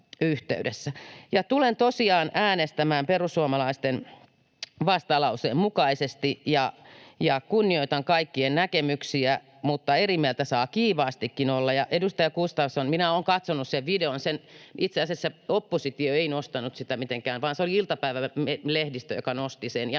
Tulen tosiaan äänestämään perussuomalaisten vastalauseen mukaisesti. Kunnioitan kaikkien näkemyksiä, mutta eri mieltä saa kiivaastikin olla. Ja, edustaja Gustafsson, minä olen katsonut sen videon. Itse asiassa oppositio ei nostanut sitä mitenkään, vaan se oli iltapäivälehdistö, joka nosti sen.